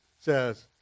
says